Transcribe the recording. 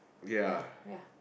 ya ya